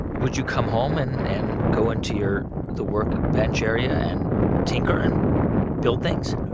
would you come home and and go into your the work bench area and tinker and build things?